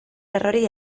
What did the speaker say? errori